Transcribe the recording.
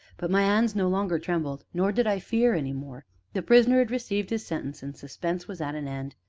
but my hands no longer trembled, nor did i fear any more the prisoner had received his sentence, and suspense was at an end.